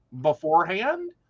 beforehand